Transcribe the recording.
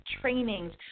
trainings